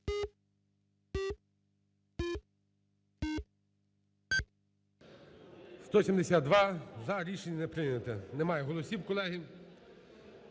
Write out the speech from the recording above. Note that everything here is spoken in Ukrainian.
За-172 Рішення не прийняте. Немає голосів, колеги,